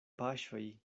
paŝoj